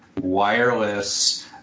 wireless